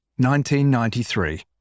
1993